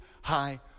high